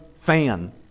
fan